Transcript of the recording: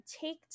take